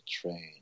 train